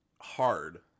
hard